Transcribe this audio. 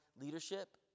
leadership